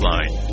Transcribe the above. Line